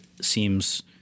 seems